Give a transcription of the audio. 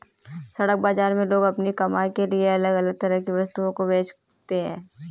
सड़क बाजार में लोग अपनी कमाई के लिए अलग अलग तरह की वस्तुओं को बेचते है